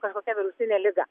kažkokia virusinė liga